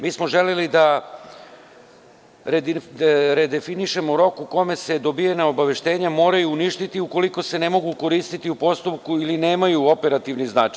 Mi smo želeli da redefinišemo u roku u kome se dobijena obaveštenja moraju uništiti ukoliko se ne mogu koristiti u postupku ili nemaju operativni značaj.